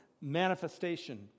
manifestation